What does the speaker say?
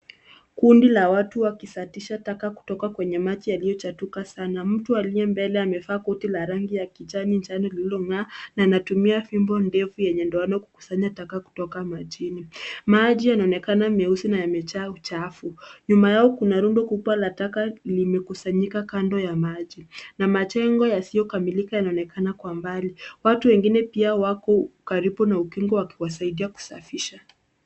Kundi la watu wakisatisha taka kutoka kwenye maji yaliyochatuka sana. Mtu aliye mbele amevaa koti la rangi ya kijani, kijani lililong'aa na anatumia fimbo ndefu yenye ndoano kukusanya taka kutoka majini .Maji yanaonekana mieusi na yamejaa uchafu. Nyuma yao kuna rundo kubwa la taka limekusanyika kando ya maji na majengo yasiyokamilika yanaonekana kwa mbali. Watu wengi wako pia karibu na ukingo wakiwasaidia kusafisha.